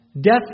Death